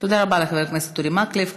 תודה רבה לחבר הכנסת אורי מקלב.